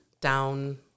down